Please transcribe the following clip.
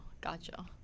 Gotcha